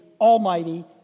almighty